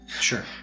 Sure